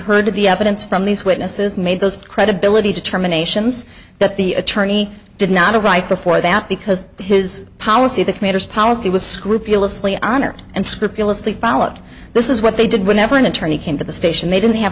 heard the evidence from these witnesses made those credibility determinations that the attorney did not a right before that because his policy the commuters policy was scrupulously honor and scrupulously followed this is what they did whenever an attorney came to the station they didn't have